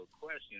question